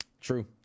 True